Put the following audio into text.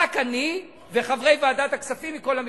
רק אני וחברי ועדת הכספים מכל המפלגות.